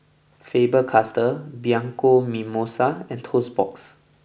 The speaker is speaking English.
Faber Castell Bianco Mimosa and Toast Box